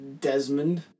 Desmond